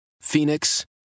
Phoenix